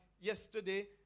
yesterday